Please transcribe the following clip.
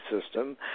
system